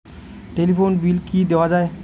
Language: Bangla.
টেলিফোন বিল কি দেওয়া যায়?